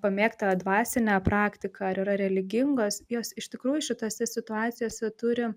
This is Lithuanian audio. pamėgtą dvasinę praktiką ar yra religingos jos iš tikrųjų šitose situacijose turi